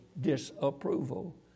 disapproval